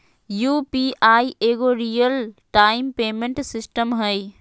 UPI एगो real time payment system हइ